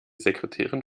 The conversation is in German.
sekretärin